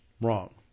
Wrong